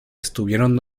estuvieron